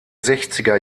sechziger